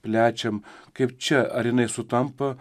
plečiam kaip čia ar jinai sutampa